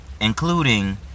including